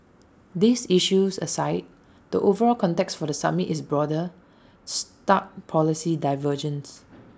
these issues aside the overall context for the summit is broader stark policy divergences